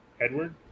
Edward